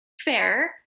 fair